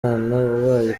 wabaye